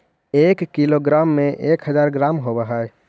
एक किलोग्राम में एक हज़ार ग्राम होव हई